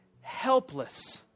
helpless